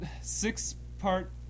six-part